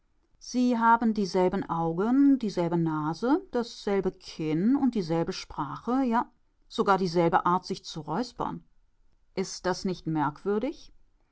sie haben dieselben augen dieselbe nase dasselbe kinn und dieselbe sprache ja sogar dieselbe art sich zu räuspern ist das nicht merkwürdig